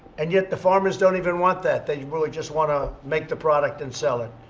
and yet, the farmers don't even want that. they really just want to make the product and sell it.